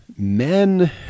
men